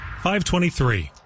523